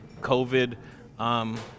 COVID